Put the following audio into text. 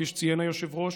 כפי שציין היושב-ראש,